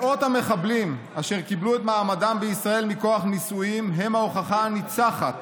מאות המחבלים אשר קיבלו את מעמדם בישראל מכוח נישואים הם ההוכחה הניצחת